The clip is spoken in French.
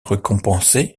récompensée